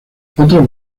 otras